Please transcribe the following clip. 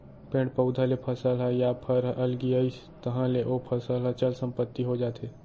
पेड़ पउधा ले फसल ह या फर ह अलगियाइस तहाँ ले ओ फसल ह चल संपत्ति हो जाथे